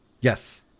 yes